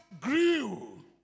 grew